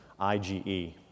IgE